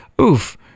oof